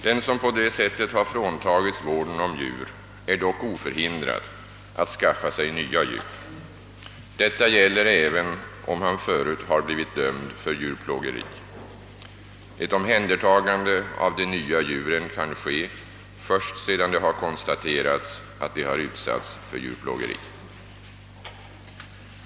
Den som på detta sätt har fråntagits vården om djur är dock oförhindrad att skaffa sig nya djur. Detta gäller även om han förut har blivit dömd för djurplågeri. Ett omhändertagande av de nya djuren kan ske först sedan det har konstaterats att de har utsatts för djurplågeri.